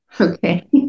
okay